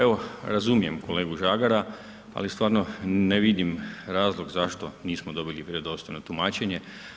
Evo razumijem kolegu Žagara, ali stvarno ne vidim razlog zašto nismo dobili vjerodostojno tumačenje.